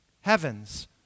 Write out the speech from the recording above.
heavens